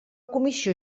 comissió